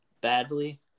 badly